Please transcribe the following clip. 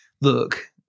look